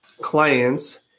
clients